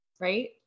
right